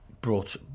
brought